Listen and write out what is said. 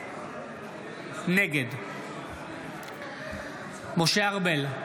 נגד משה ארבל,